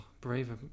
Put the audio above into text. Braver